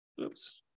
Oops